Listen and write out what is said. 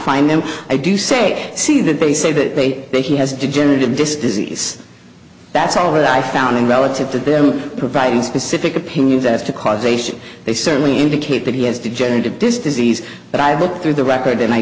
find them i do say see that they say that they think he has a degenerative disc disease that's all that i found in relative to provide specific opinions as to causation they certainly indicate that he has degenerative disc disease but i've looked through the record and i